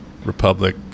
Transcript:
Republic